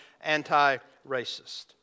anti-racist